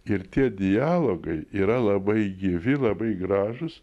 ir tie dialogai yra labai gyvi labai gražūs